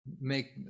make